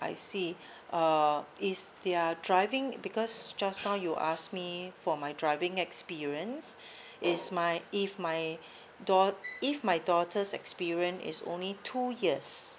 I see uh is their driving because just now you asked me for my driving experience is my if my dau~ if my daughter's experience is only two years